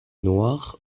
noire